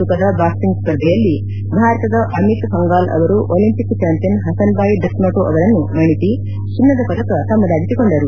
ತೂಕದ ಬಾಕ್ಲಿಂಗ್ಲ್ ಸ್ವರ್ಧೆಯಲ್ಲಿ ಭಾರತದ ಅಮಿತ್ ಪಂಘಾಲ್ ಅವರು ಒಲಿಂಪಿಕ್ ಚಾಂಪಿಯನ್ ಹಸನ್ಬಾಯ್ ಡಸ್ಮಟೋ ಅವರನ್ನು ಮಣಿಸಿ ಚಿನ್ನದ ಪದಕ ತಮ್ಮದಾಗಿಸಿಕೊಂಡರು